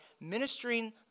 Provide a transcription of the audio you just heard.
ministering